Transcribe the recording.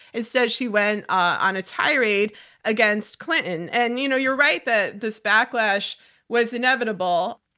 instead, she went on a tirade against clinton. and you know you're right that this backlash was inevitable.